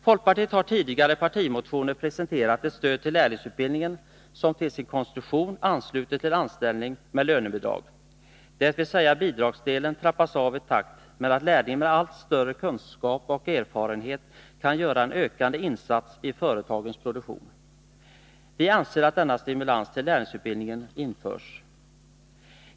Folkpartiet har tidigare i partimotioner presenterat ett stöd till lärlingsutbildningen som till sin konstruktion ansluter till anställning med lönebidrag — dvs. bidragsdelen trappas av i takt med att lärlingen med allt större kunskap och erfarenhet kan göra en ökande insats i företagarens produktion. Vi anser att denna stimulans till lärlingsutbildning bör införas.